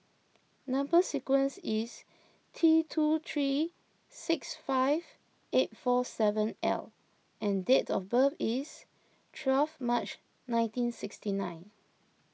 Number Sequence is T two three six five eight four seven L and date of birth is twelve March nineteen sixty nine